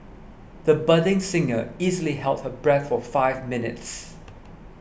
the budding singer easily held her breath for five minutes